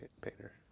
painter